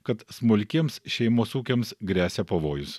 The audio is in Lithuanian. kad smulkiems šeimos ūkiams gresia pavojus